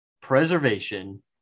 preservation